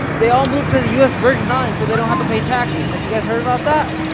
they all moved to the us virgin islands, so they don't have to pay taxes. have you guys heard about that?